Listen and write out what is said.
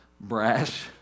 brash